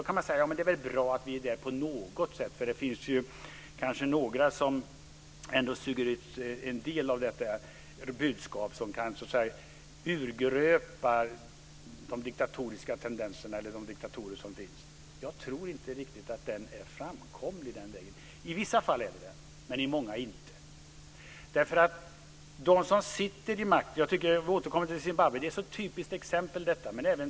Då kan vi säga: Det är väl bra att vi är där på något sätt, för det finns kanske några som suger i sig en del av detta budskap, som kan urgröpa de diktatoriska tendenserna eller de diktatorer som finns. Jag tror inte riktigt att den vägen är framkomlig. I vissa fall är den det, men i många fall inte. Jag vill återkomma till Zimbabwe, som är ett typiskt exempel.